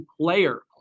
player